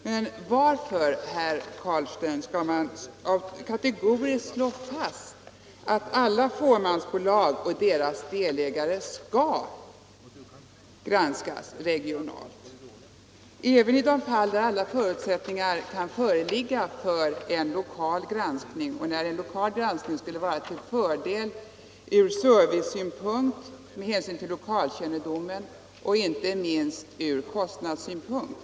Men varför, herr Carlstein, skall man kategoriskt slå fast att alla fåmansbolag och deras delägare skall granskas regionalt, även i de fall där alla förutsättningar kan föreligga för en lokal granskning och denna skulle vara till fördel från servicesynpunkt, med hänsyn till lokalkännedomen och inte minst från kostnadssynpunkt?